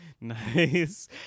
nice